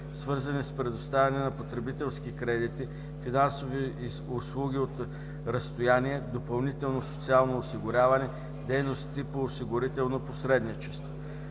свързани с предоставяне на потребителски кредити, финансови услуги от разстояние, допълнително социално осигуряване, дейности по осигурително посредничество.“